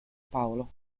paulo